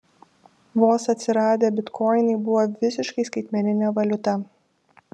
vos atsiradę bitkoinai buvo visiškai skaitmeninė valiuta